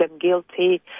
guilty